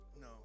No